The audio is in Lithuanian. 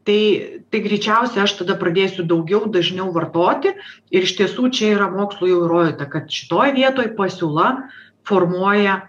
tai tai greičiausia aš tada pradėsiu daugiau dažniau vartoti ir iš tiesų čia yra mokslo jau įrodyta kad šitoj vietoj pasiūla formuoja